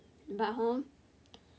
but hor